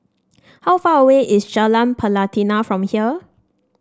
how far away is Jalan Pelatina from here